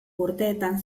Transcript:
urteetan